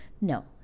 No